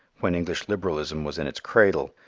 when english liberalism was in its cradle,